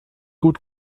gut